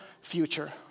future